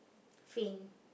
faint